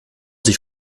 sich